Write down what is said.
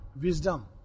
wisdom